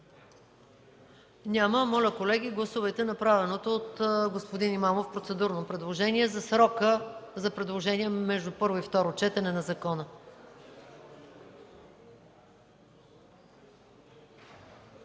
Няма. Моля, колеги, гласувайте направеното от господин Имамов процедурно предложение за срока за предложения между първо и второ четене на закона.